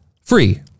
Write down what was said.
free